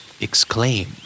exclaim